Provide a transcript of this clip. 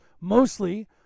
mostly